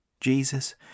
Jesus